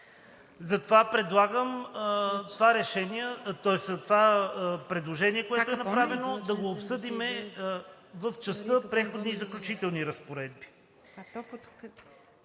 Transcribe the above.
Затова предлагам това предложение, което е направено, да го обсъдим в частта „Преходни и заключителни разпоредби“.